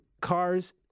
cars